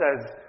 says